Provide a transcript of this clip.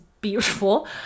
beautiful